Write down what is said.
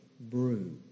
brew